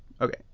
okay